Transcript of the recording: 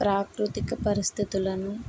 ప్రాకృతిక పరిస్థితులను